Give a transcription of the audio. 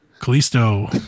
Callisto